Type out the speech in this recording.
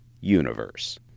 universe